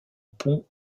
pont